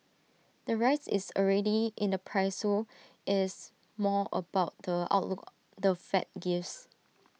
the rise is already in the price so it's more about the outlook the fed gives